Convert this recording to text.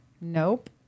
nope